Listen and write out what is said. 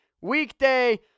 weekday